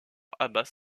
abbas